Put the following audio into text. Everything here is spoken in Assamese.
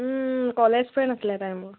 কলেজ ফ্ৰেণ্ড আছিলে